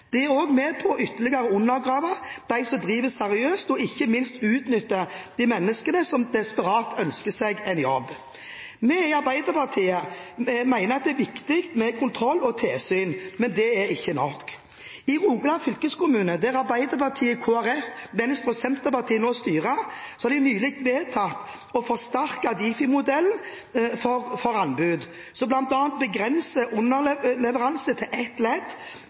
Det er også med på ytterligere å undergrave de som driver seriøst, og ikke minst utnytter de mennesker som desperat ønsker seg en jobb. Vi i Arbeiderpartiet mener det er viktig med kontroll og tilsyn, men det er ikke nok. I Rogaland fylkeskommune, der Arbeiderpartiet, Kristelig Folkeparti, Venstre og Senterpartiet nå styrer, er det nylig vedtatt å forsterke Difi-modellen for anbud, som bl.a. begrenser underleveranser til ett